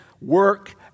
work